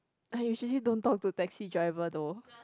I usually don't talk to taxi driver though